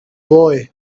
boy